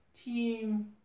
Team